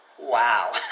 Wow